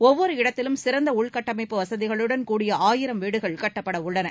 ஒவ்வொரு இடத்திலும் சிறந்த உள்கட்டமைப்பு வசதிகளுடன் கூடிய ஆயிரம் வீடுகள் கட்டப்படவுள்ளன